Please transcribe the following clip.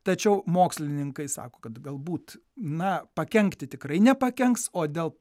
tačiau mokslininkai sako kad galbūt na pakenkti tikrai nepakenks o dėl